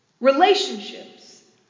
Relationships